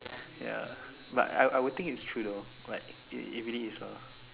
ya but I I would think it's true though like it it really is lah